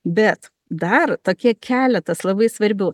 bet dar tokie keletas labai svarbių